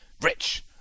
rich